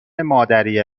مادری